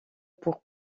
pour